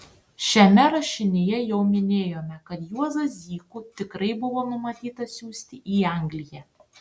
šiame rašinyje jau minėjome kad juozą zykų tikrai buvo numatyta siųsti į angliją